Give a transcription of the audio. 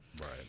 Right